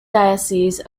diocese